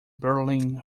berlin